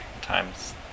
times